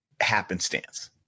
happenstance